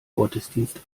gottesdienst